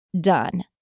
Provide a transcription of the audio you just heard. done